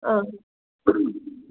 ꯑꯥ